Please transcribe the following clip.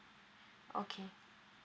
okay